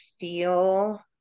feel